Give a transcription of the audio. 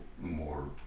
more